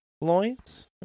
loins